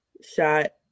shot